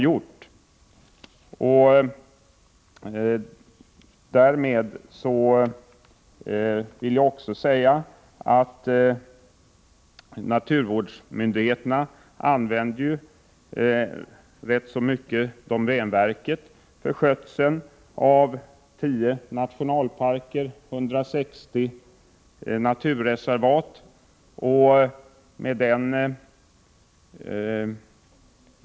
Jag vill också framhålla att naturvårdsmyndigheterna nu i rätt stor utsträckning använder domänverket för skötseln av 10 nationalparker och 160 naturreservat.